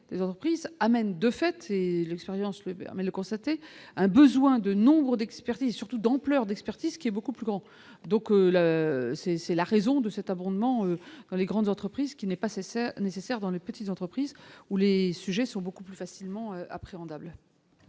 des entreprises amène de fait expériences mais permet de constater un besoin de nombres d'expertise surtout d'ampleur d'expertise qui est beaucoup plus grand, donc là c'est, c'est la raison de cet abondement dans les grandes entreprises qui n'est pas cessé nécessaire dans les petites entreprises où les sujets sont beaucoup plus facilement après rentable.